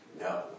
No